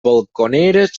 balconeres